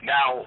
Now